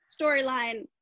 storyline